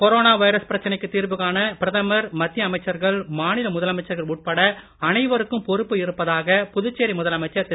corona virus பிரச்சனைக்கு தீர்வு காண பிரதமர் மத்திய அமைச்சர்கள் மாநில முதலமைச்சர்கள் உட்பட அனைருக்கும் பொறுப்பு இருப்பதாக புதுச்சேரி முதலமைச்சர் திரு